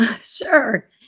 Sure